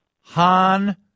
Han